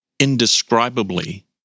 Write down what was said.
Indescribably